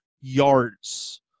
yards